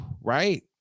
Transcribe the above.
right